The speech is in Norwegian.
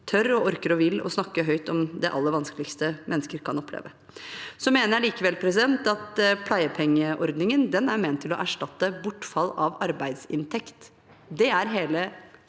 tør, orker og vil snakke høyt om det aller vanskeligste mennesker kan oppleve. Jeg mener likevel at pleiepengeordningen er ment å erstatte bortfall av arbeidsinntekt. Det er hele